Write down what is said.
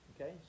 Okay